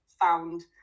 found